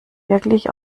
wirklich